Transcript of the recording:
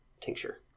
tincture